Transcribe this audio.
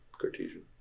Cartesian